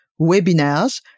webinars